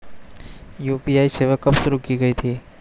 UPI सेवा कब शुरू की गई थी?